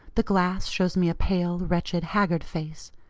the glass shows me a pale, wretched, haggard face,